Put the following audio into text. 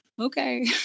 okay